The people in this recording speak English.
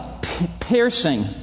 piercing